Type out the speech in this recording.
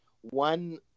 one